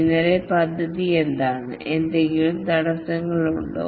ഇന്നത്തെ പദ്ധതി എന്താണ് എന്തെങ്കിലും തടസ്സങ്ങളുണ്ടോ